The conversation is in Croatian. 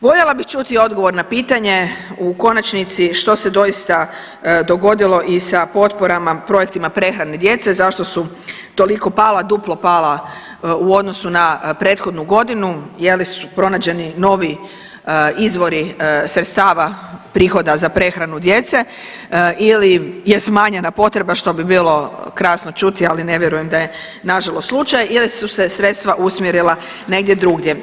Voljela bih čuti odgovor na pitanje u konačnici što se doista dogodilo i sa potporama projektima prehrane djece, zašto su toliko pala, duplo pala u odnosu na prethodnu godinu, je li su pronađeni novi izvori sredstava, prihoda za prehranu djece ili je smanjena potreba, što bi bilo krasno čuti, ali ne vjerujem da je nažalost slučaj ili su se sredstva usmjerila negdje drugdje.